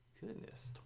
Goodness